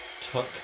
took